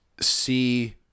see